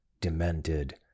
demented